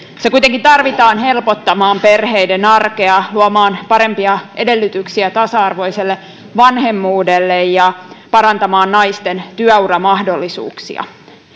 se kuitenkin tarvitaan helpottamaan perheiden arkea luomaan parempia edellytyksiä tasa arvoiselle vanhemmuudelle ja parantamaan naisten työuramahdollisuuksia